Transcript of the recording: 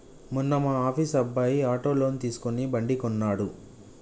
మొన్న మా ఆఫీస్ అబ్బాయి ఆటో లోన్ తీసుకుని బండి కొన్నడు